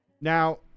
Now